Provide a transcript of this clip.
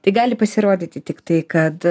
tai gali pasirodyti tiktai kad